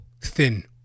thin